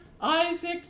Isaac